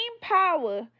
power